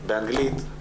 באנגלית,